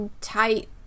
tight